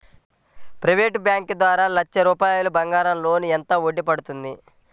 Private bank ద్వారా లక్ష రూపాయలు బంగారం లోన్ ఎంత వడ్డీ పడుతుంది?